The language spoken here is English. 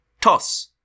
Toss